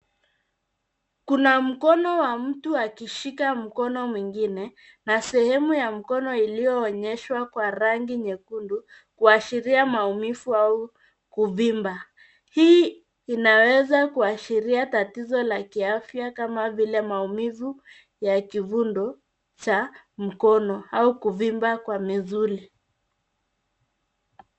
Kuna mkono wa mtu akishika mkono mwingine, na sehemu ya mkono iliyoonyeshwa kwa rangi nyekundu, kuashiria maumivu au kuvimba. Hii inaweza kuashiria tatizo la kiafya kama vile, maumivu ya kivundo cha mkono, au kuvimba kwa misuli.